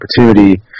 opportunity